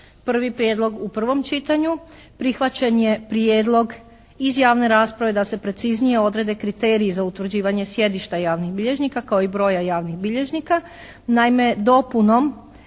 prvi prijedlog u prvom čitanju prihvaćen je prijedlog iz javne rasprave da se preciznije odrede kriteriji za utvrđivanje sjedišta javnih bilježnika kao i broja javnih bilježnika. Naime, dopunom